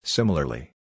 Similarly